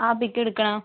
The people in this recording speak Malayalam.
ആ പിക്കെടുക്കണം